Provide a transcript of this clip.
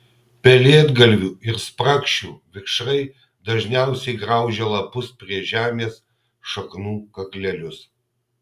pelėdgalvių ir sprakšių vikšrai dažniausiai graužia lapus prie žemės šaknų kaklelius